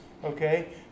Okay